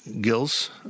Gills